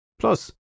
Plus